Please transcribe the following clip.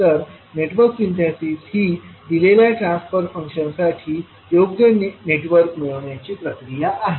तर network synthesis ही दिलेल्या ट्रान्सफर फंक्शन साठी योग्य नेटवर्क मिळविण्याची प्रक्रिया आहे